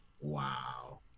Wow